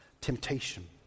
temptation